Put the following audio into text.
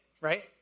Right